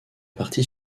partie